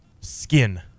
skin